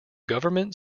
government